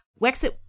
Wexit